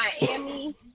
Miami